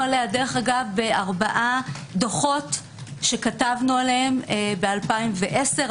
עליה בארבעה דוחות שכתבנו עליהם ב-2010,